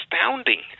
astounding